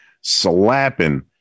slapping